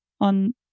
on